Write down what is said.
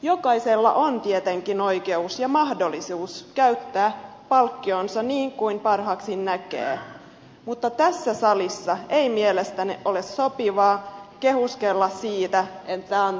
jokaisella on tietenkin oikeus ja mahdollisuus käyttää palkkionsa niin kuin parhaaksi näkee mutta tässä salissa ei mielestäni ole sopivaa kehuskella sillä että antaa lahjoituksen